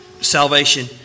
salvation